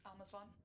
Amazon